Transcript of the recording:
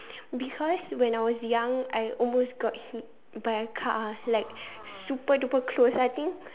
because when I was young when I almost got hit by a car like super duper close I think